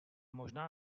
možná